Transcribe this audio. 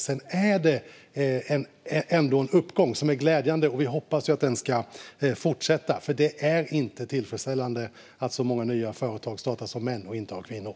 Det finns ändå en glädjande uppgång, och vi hoppas att den ska fortsätta. Det är ju inte tillfredsställande att så många nya företag startas av män och inte av kvinnor.